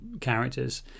characters